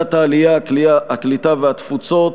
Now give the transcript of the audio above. ועדת העלייה, הקליטה והתפוצות,